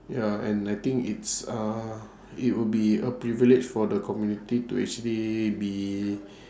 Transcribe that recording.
ya and I think it's a it would be a privilege for the community to actually be